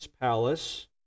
palace